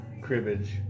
cribbage